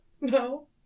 No